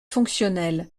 fonctionnelle